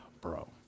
Bro